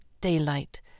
daylight